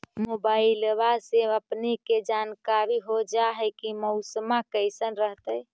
मोबाईलबा से अपने के जानकारी हो जा है की मौसमा कैसन रहतय?